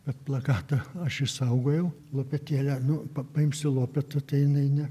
bet plakatą aš išsaugojau lopetėlę nu pa paimsiu lopetą tai jinai ne